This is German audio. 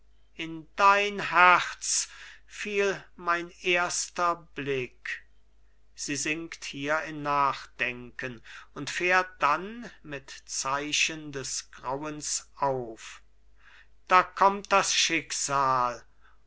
in dein herz fiel mein erster blick sie sinkt hier in nachdenken und fährt dann mit zeichen des grauens auf da kommt das schicksal